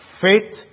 faith